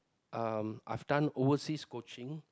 um I've done overseas coaching